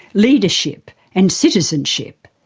leadership and citizenship,